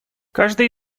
каждый